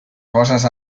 coses